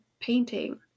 painting